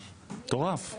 מטורף.